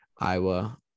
Iowa